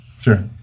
Sure